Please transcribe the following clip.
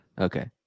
Okay